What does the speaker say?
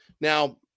Now